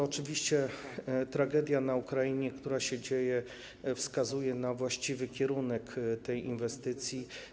Oczywiście tragedia na Ukrainie, która się dzieje, wskazuje na właściwy kierunek tej inwestycji.